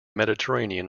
mediterranean